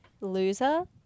loser